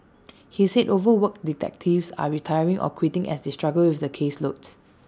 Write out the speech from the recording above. he said overworked detectives are retiring or quitting as they struggle with the caseloads